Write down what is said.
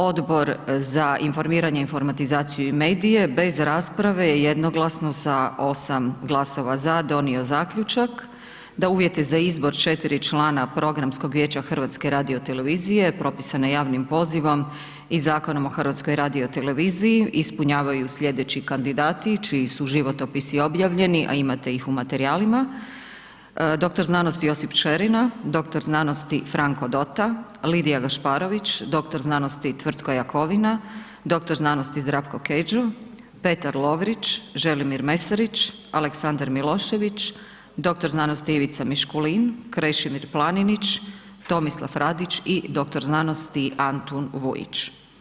Odbor za informiranje, informatizaciju i medije bez rasprave je jednoglasno sa 8 glasova za donio zaključak da uvjete za izbor četiri člana Programskog vijeća HRT-a propisane javnim pozivom i Zakonom o HRT-u ispunjavaju sljedeći kandidati čiji su životopisi objavljeni a imate ih u materijalima: dr. znanosti Josip Čerina, dr. znanosti Franko Dota, Lidija Gašparović, dr. znanosti Tvrtko Jakovina, dr. znanosti Zdravko Kedžo, Petar Lovrić, Želimir Mesarić, Aleksandar Milošević, dr. znanosti Ivica Miškulin, Krešimir Planinić, Tomislav Radić i dr. znanosti Antun Vujić.